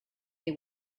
they